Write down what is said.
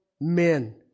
men